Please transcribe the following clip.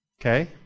Okay